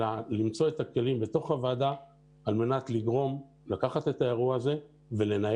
אלא שתמצא את הכלים בתוך הוועדה על מנת להביא לכך שהאירוע הזה ינוהל.